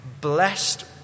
blessed